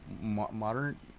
modern